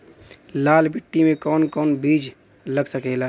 लाल मिट्टी में कौन कौन बीज लग सकेला?